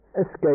escape